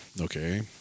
okay